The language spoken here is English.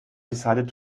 decided